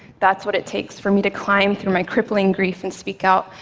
that's what it takes for me to climb through my crippling grief and speak out.